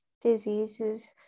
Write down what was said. diseases